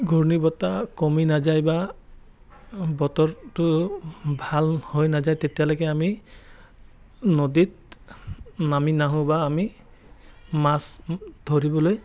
ঘূৰ্ণী বতাহ কমি নাযায় বা বতৰটো ভাল হৈ নাযায় তেতিয়ালৈকে আমি নদীত নামি নাহোঁ বা আমি মাছ ধৰিবলৈ